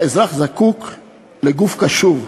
האזרח זקוק לגוף קשוב.